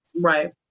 right